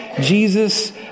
Jesus